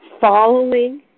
following